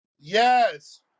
Yes